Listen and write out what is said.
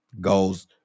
goes